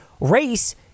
race